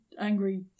angry